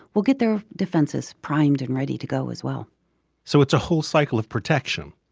will get their defenses primed and ready to go as well so it's a whole cycle of protection?